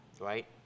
right